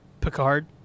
Picard